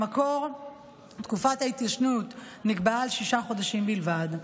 במקור תקופת ההתיישנות נקבעה על שישה חודשים בלבד,